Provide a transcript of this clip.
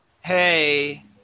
hey